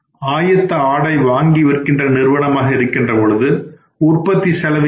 ஆயத்த ஆடை வாங்கி விற்கின்ற நிறுவனமாக இருக்கின்றன போது உற்பத்தி செலவு என்பது என்ன